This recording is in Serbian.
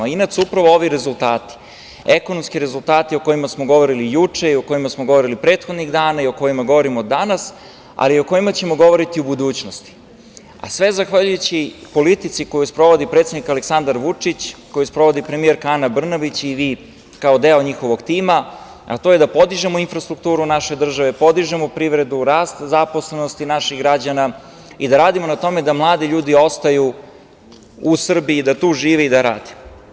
Inat su upravo ovi rezultat, ekonomski rezultati o kojima smo govorili juče i o kojima smo govorili prethodnih dana i o kojima govorimo danas, ali i o kojima ćemo govoriti u budućnosti, a sve zahvaljujući politici koju sprovodi predsednik Aleksandar Vučić, koju sprovodi premijerka Ana Brnabić i vi kao deo njihovog tima, a to je da podižemo infrastrukturu naše države, podižemo privredu, rast zaposlenosti naših građana i da radimo na tome da mladi ljudi ostaju u Srbiji, da tu žive i tu rade.